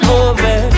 over